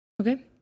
Okay